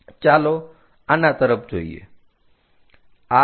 ચાલો આના તરફ જોઈએ